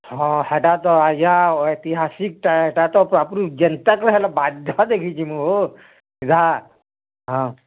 ହଁ ହେଟା ତ ଆଜ୍ଞା ଐତିହାସକ୍ ଟା ହେଟା ତ ପୁରାପୁରି ଯେନ୍ତାକରି ହେଲେ ବାଧ୍ୟ ଦେଖି ଯିମୁ ହୋ ହେଟା ହଁ